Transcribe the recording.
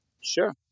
Sure